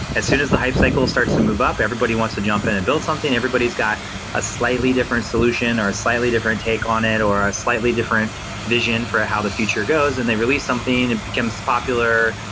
as soon as the hype cycle starts to move up, everybody wants to jump in and build something, everybody's got a slightly different solution, or a slightly different take on it, or a slightly different vision for how the future goes and they release something, it becomes popular,